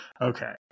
okay